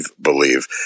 believe